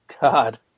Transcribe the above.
God